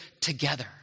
together